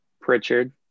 Pritchard